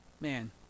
man